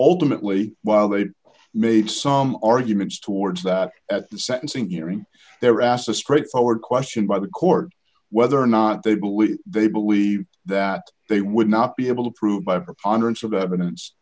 alternately while they made some arguments towards that at the sentencing hearing their ass a straightforward question by the court whether or not they believe they believe that they would not be able to prove by preponderance of evidence